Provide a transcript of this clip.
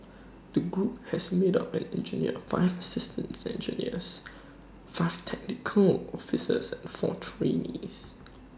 the group has made up an engineer five assistant engineers five technical officers and four trainees